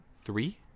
Three